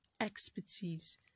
expertise